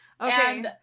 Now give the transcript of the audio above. okay